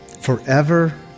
forever